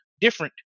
different